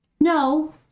No